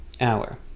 hour